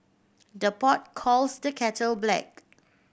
the pot calls the kettle black